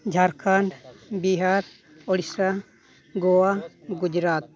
Jharkhand Bihar Odisha Goa Gujarat